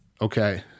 okay